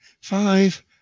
five